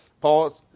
Paul